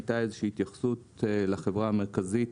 הייתה איזה שהיא התייחסות לחברה המרכזית,